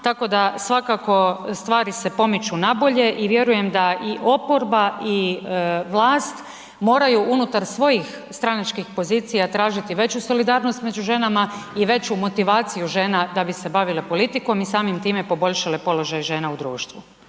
tako da svakako stvari se pomiču nabolje i vjerujem da i oporba i vlast moraju unutar svojih stranačkih pozicija tražiti veću solidarnost među ženama i veću motivaciju žena da bi se bavile politikom i samim time poboljšale položaj žena u društvu.